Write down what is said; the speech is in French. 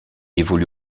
évolue